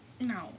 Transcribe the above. No